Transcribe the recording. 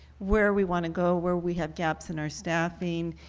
where we want to go, where we have gaps in our staffing,